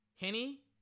Henny